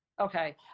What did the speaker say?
Okay